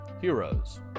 Heroes